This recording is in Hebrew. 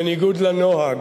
בניגוד לנוהג,